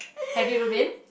have you ever been